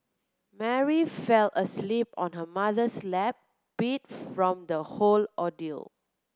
Mary fell asleep on her mother's lap beat from the whole ordeal